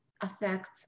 affects